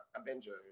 Avengers